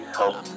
help